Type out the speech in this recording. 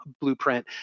blueprint